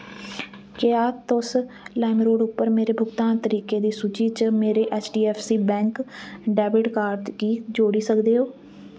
क्या तुस लाइमरोड उप्पर मेरे भुगतान तरीकें दी सूची च मेरे ऐच्चडीऐफ्फसी बैंक डैबिट कार्ड गी जोड़ी सकदे ओ